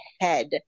head